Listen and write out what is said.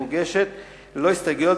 המוגשת ללא הסתייגויות,